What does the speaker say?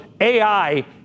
AI